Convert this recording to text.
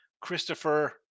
Christopher